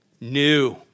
New